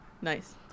Nice